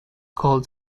called